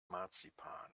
marzipan